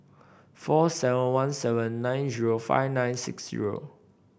four seven one seven nine zero five nine six zero